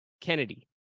Kennedy